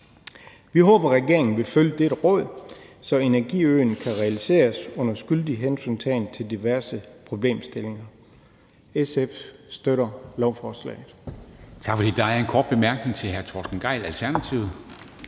Vi håber, at regeringen vil følge dette råd, så energiøen kan realiseres under skyldig hensyntagen til diverse problemstillinger. SF støtter lovforslaget.